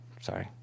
Sorry